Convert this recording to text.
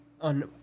on